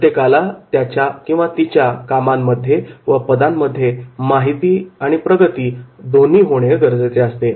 प्रत्येकाला त्याच्या किंवा तिच्या कामांमध्ये व पदांमध्ये प्रगती होणे गरजेचे असते